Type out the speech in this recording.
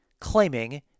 claiming